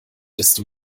desto